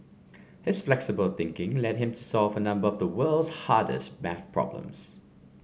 his flexible thinking led him solve a number of the world's hardest maths problems